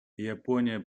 япония